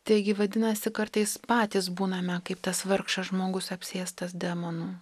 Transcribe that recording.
taigi vadinasi kartais patys būname kaip tas vargšas žmogus apsėstas demonų